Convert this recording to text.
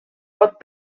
pot